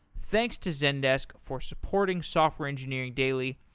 thanks to zendesk for supporting software engineering daily,